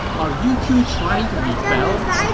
are you two trying to rebel!